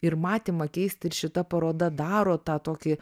ir matymą keisti ir šita paroda daro tą tokį